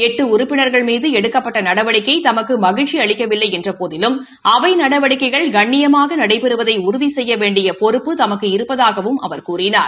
எட்டு உறுப்பினர்கள் மீது எடுக்கப்பட்ட நடவடிக்கை தமக்கு மகிழ்ச்சி அளிக்கவில்லை என்றபோதிலும் அவை நடவடிக்கைகள் கண்ணிசமாக நடைபெறுவதை உறுதி செய்ய வேண்டிய பொறுப்பு தமக்கு இருப்பதாகவும் அவர் கூறினார்